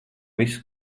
visu